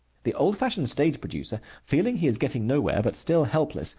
the old-fashioned stage producer, feeling he is getting nowhere, but still helpless,